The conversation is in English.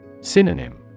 Synonym